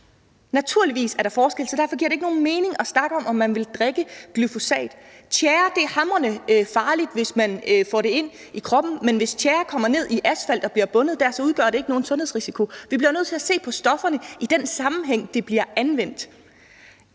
Naturligvis er der forskel, så derfor giver det ikke nogen mening at snakke om at ville drikke glyfosat. Tjære er hamrende farligt, hvis man får det ind i kroppen, men hvis tjære kommer ned i asfalt og bliver bundet dér, udgør det ikke nogen sundhedsrisiko. Vi bliver nødt til at se på stofferne i den sammenhæng, de bliver anvendt.